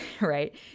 right